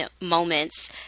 moments